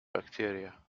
bacteria